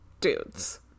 dudes